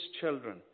children